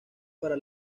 para